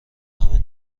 همه